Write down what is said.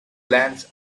lance